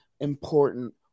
important